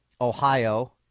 Ohio